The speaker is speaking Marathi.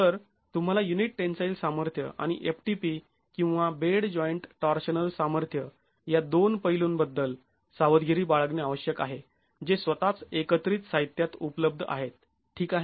तर तुंम्हाला युनिट टेन्साईल सामर्थ्य आणि ftp किंवा बेड जॉईंट टॉर्शनल सामर्थ्य या दोन पैलू बद्दल सावधगिरी बाळगणे आवश्यक आहे जे स्वतःच एकत्रित साहित्यात उपलब्ध आहेत ठीक आहे